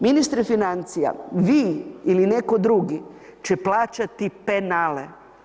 Ministri financija, vi ili netko drugi će plaćati penale.